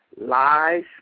lies